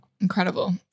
Incredible